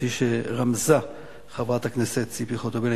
כפי שרמזה חברת הכנסת ציפי חוטובלי.